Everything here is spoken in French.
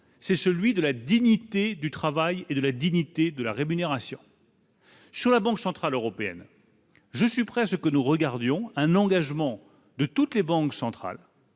c'est celui de la dignité du travail et de la dignité de la rémunération. Sur la Banque centrale européenne, je suis prêt à ce que nous regardions un engagement de toutes les banques centrales.